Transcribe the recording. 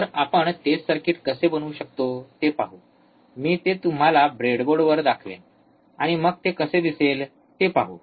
तर आपण तेच सर्किट कसे बनवू शकतो ते पाहू मी ते तुम्हाला ब्रेडबोर्डवर दाखवेन आणि मग ते कसे दिसेल ते पाहू